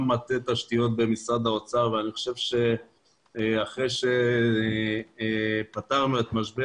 מטה תשתיות במשרד האוצר ואני חושב שאחרי שטיפלנו במשבר